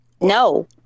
no